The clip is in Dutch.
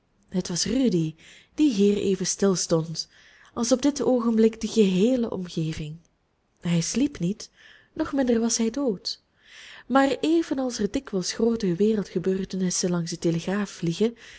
het was rudy die hier even stil stond als op dit oogenblik de geheele omgeving hij sliep niet nog minder was hij dood maar evenals er dikwijls groote wereldgebeurtenissen langs den telegraafdraad vliegen